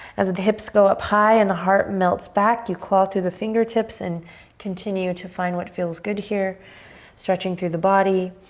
as the hips go up high and the heart melts back, you claw through the fingertips and continue to find what feels good here stretching through the body,